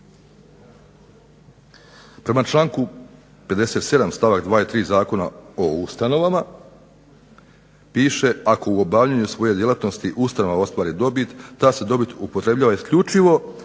Prema članku 57. stavak 2. i 3. Zakona o ustanovama piše ako u obavljanju svoje djelatnosti ustanova ostvari dobit ta se dobit upotrebljava isključivo